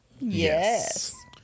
Yes